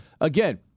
again